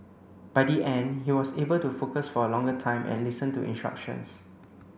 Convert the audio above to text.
by the end he was able to focus for a longer time and listen to instructions